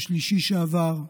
בשלישי שעבר,